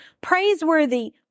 praiseworthy